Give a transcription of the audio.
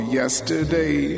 yesterday